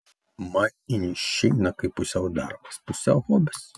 man išeina kaip pusiau darbas pusiau hobis